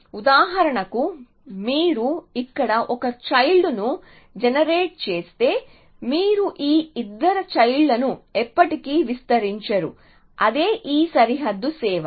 ఉదాహరణకు మీరు ఇక్కడ ఒక చైల్డ్ ను జనరేట్ చేస్తే మీరు ఈ ఇద్దరు చైల్డ్ లను ఎప్పటికీ విస్తరించరు అదే ఈ సరిహద్దు సేవ